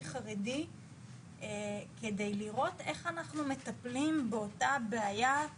חרדי כדי לראות איך אנחנו מטפלים באותה בעיית שורש,